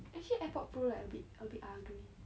actually airpod pro like a bit a bit ugly